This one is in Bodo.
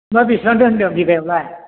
ओमफ्राय बेसेबांथ' होनदों बिगायावलाय